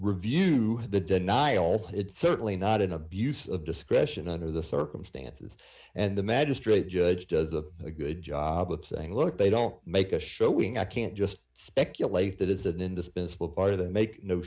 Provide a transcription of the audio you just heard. review the denial it's certainly not an abuse of discretion under the circumstances and the magistrate judge does a good job of saying look they don't make a showing i can't just speculate that is an indispensable part of the make no